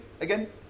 again